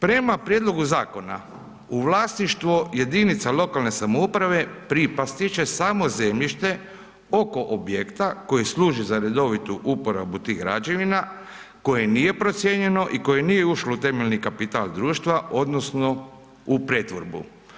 Prema prijedlogu zakona u vlasništvo jedinica lokalne samouprave pripasti će samo zemljište oko objekta koji služi za redovitu uporabu tih građevina, koji nije procijenjeno i koji nije ušlo u temeljni kapital društva odnosno u pretvorbu.